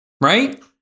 Right